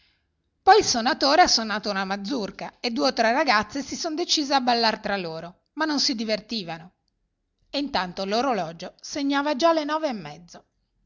poi il sonatore ha sonato una mazurca e due o tre ragazze si son decise a ballar tra loro ma non si divertivano e intanto l'orologio segnava già le nove e mezzo